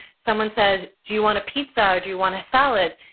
someone says, do you want a pizza, or do you want a salad?